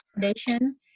Foundation